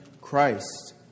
Christ